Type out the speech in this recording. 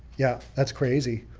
yeah that's crazy.